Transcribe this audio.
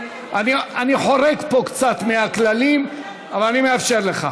אני חורג פה קצת מהכללים, אבל אאפשר לך.